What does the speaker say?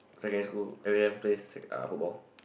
secondary school every time play s~ uh football